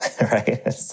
right